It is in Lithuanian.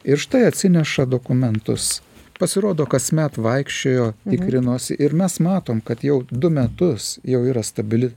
ir štai atsineša dokumentus pasirodo kasmet vaikščiojo tikrinosi ir mes matom kad jau du metus jau yra stabili